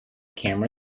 camera